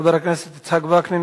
חבר הכנסת יצחק וקנין,